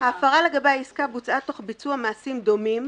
"הפרה לגבי העסקה בוצעה תוך ביצוע מעשים דומים,